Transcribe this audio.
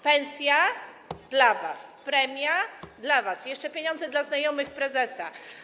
Pensja dla was, premia dla was i jeszcze pieniądze dla znajomych prezesa.